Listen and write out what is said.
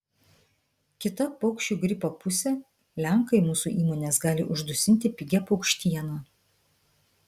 kita paukščių gripo pusė lenkai mūsų įmones gali uždusinti pigia paukštiena